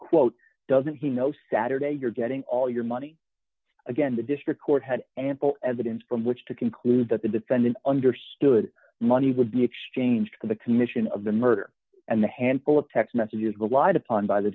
quote doesn't he know saturday you're getting all d your money again the district court had an evidence from which to conclude that the defendant understood money would be exchanged for the commission of the murder and the handful of text messages relied upon by the